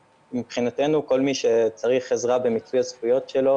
מבחינתנו, כל מי שצריך עזרה במיצוי הזכויות שלו